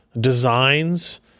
designs